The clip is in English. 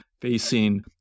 facing